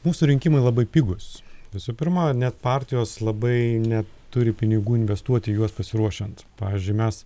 mūsų rinkimai labai pigūs visų pirma net partijos labai neturi pinigų investuoti į juos pasiruošiant pavyzdžiui mes